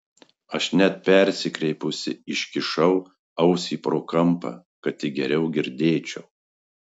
aš net persikreipusi iškišau ausį pro kampą kad tik geriau girdėčiau